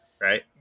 right